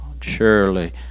Surely